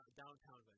downtown